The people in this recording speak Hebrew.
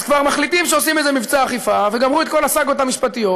אז כבר מחליטים שעושים איזה מבצע אכיפה וגמרו את כל הסאגות המשפטיות,